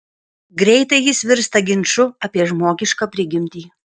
greitai jis virsta ginču apie žmogišką prigimtį